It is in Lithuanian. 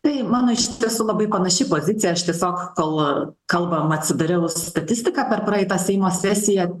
tai mano iš tiesų labai panaši pozicija aš tiesiog kol kalbam atsidariau statistiką per praeitą seimo sesiją